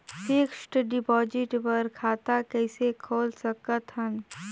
Fixed deposit बर खाता कइसे खोल सकत हन?